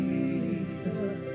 Jesus